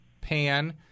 pan